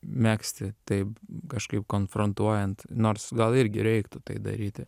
megzti taip kažkaip konfrontuojant nors gal irgi reiktų tai daryti